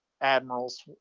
Admirals